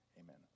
Amen